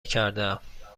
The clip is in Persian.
کردهام